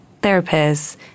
therapists